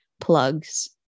plugs